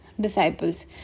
disciples